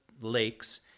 lakes